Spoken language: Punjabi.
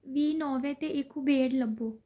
ਵੀਹ ਨੌਵੇਂ 'ਤੇ ਇੱਕ ਉਬੇਰ ਲੱਭੋ